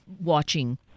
Watching